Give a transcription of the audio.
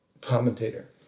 commentator